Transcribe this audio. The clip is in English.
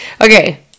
Okay